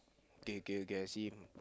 okay okay okay I see him